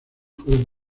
fueron